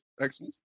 Excellent